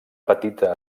petita